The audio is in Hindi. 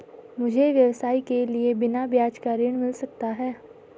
मुझे व्यवसाय के लिए बिना ब्याज का ऋण मिल सकता है?